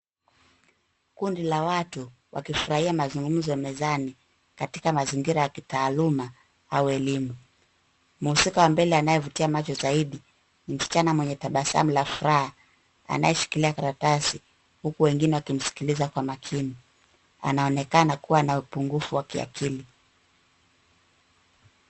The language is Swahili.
Kundi la watu wakifurahia mazungumzo mezani katika mazingira ya kitaaluma au elimu. Mhusika wa mbele anayevutia macho zaidi ni msichana mwenye tabasamu la furaha anaye shikilia karatasi huku wengine wakimsikiliza kwa makini. Anaonekana kuwa na upungufu wa kiakili.